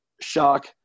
shock